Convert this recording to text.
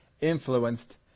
influenced